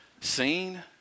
seen